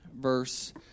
verse